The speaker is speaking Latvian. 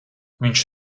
viņš